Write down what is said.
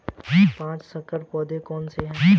पाँच संकर पौधे कौन से हैं?